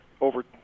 over